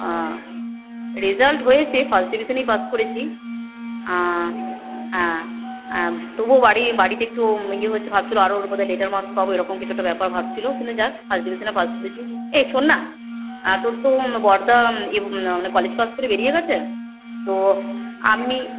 result হয়েছে first ডিভিশনেই pass করেছি হ্যাঁ হ্যাঁ তবু বাড়ি বাড়িতে একটু ইয়ে হচ্ছে ভাবছিলো আরও হবে লেটার মার্কস পাবো এরকম কিছু একটা ব্যাপার ভাবছিলো কিন্তু যাক ফার্স্ট ডিভিশনে পাস করেছি এই শোন না তোর তো বড়দা কলেজ পাস করে বেরিয়ে গেছে তো আমি